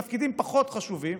תפקידים פחות חשובים,